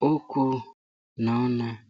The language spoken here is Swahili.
Huku naoana